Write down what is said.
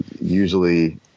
usually